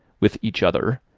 with each other,